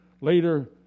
Later